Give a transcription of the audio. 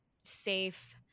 safe